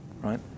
Right